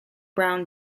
brown